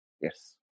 Yes